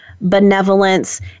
benevolence